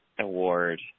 award